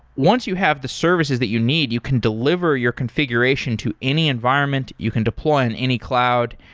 once you have the services that you need, you can delivery your configuration to any environment, you can deploy on any cloud,